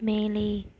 மேலே